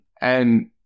and-